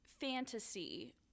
fantasy